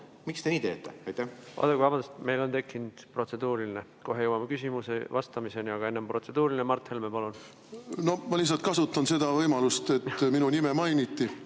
Vabandust! Meil on tekkinud protseduuriline. Kohe jõuame küsimusele vastamiseni, aga enne protseduuriline. Mart Helme, palun! Ma lihtsalt kasutan seda võimalust, et minu nime mainiti